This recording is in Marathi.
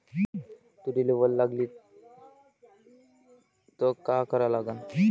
तुरीले वल लागली त का करा लागन?